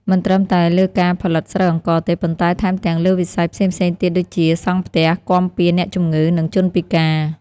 មិនត្រឹមតែលើការផលិតស្រូវអង្ករទេ ប៉ុន្តែថែមទាំងលើវិស័យផ្សេងៗទៀតដូចជា សង់ផ្ទះ គាំពារអ្នកជំងឺ និងជនពិការ។